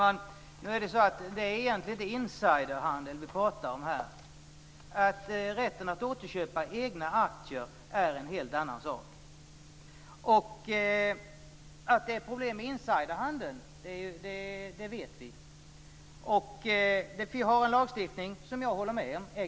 Fru talman! Vi pratar egentligen inte om insiderhandel. Rätten att återköpa egna aktier är en helt annan sak. Vi vet att det är problem med insiderhandel. Jag håller med om att lagstiftningen är tandlös på området.